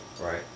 right